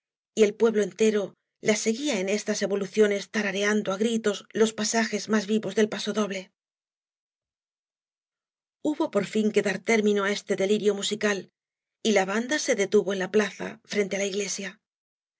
y el pueblo entero la seguía en estas evoluciones tarareando a gritos los pasajes más vivo del pasodoble hubo por fin que dar término á este delirio musical y la banda se detuvo en la plaza frente á la iglesia el